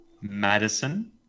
Madison